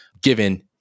given